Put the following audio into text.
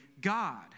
God